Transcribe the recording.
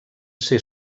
ser